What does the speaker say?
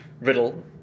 riddle